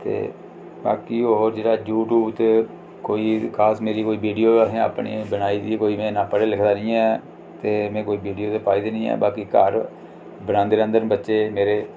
ते बाकी होर जेहड़ा यू टूब ते कोई खास मेरी कोई विडियो अहें अपनी बनाई दी में इन्ना पढ़े लिखे दा नी ऐ ते में कोई विडियो पाई दी नी ऐ बाकी घर बनांदे रैंह्दे न बच्चे मेरे